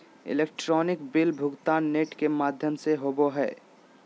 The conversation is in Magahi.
इलेक्ट्रॉनिक बिल भुगतान नेट के माघ्यम से होवो हइ